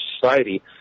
Society